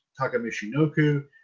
Takamishinoku